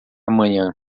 amanhã